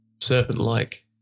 serpent-like